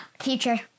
Future